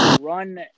run